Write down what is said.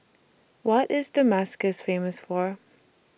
What IS Damascus Famous For